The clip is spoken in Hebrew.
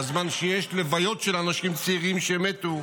בזמן שיש לוויות של אנשים צעירים שמתו,